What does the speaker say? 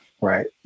right